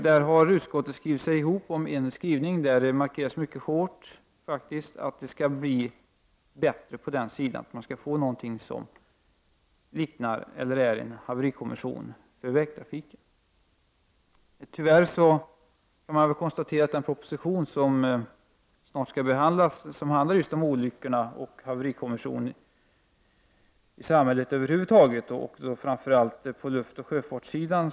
Där har utskottet skrivit ihop sig på ett sådant sätt att det markeras mycket hårt att det måste bli en förbättring. Utskottet förutsätter att haveriundersökningar blir ett reguljärt inslag i trafiksäkerhetsarbetet. Vi får snart behandla en proposition som handlar om olyckorna i samhället över huvud taget och då framför allt på luftsoch sjöfartssidan.